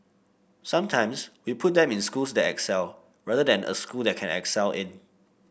sometimes we put them in schools that excel rather than a school that can excel in